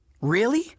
Really